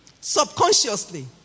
subconsciously